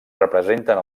representen